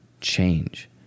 change